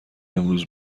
امروز